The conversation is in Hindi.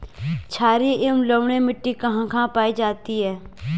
छारीय एवं लवणीय मिट्टी कहां कहां पायी जाती है?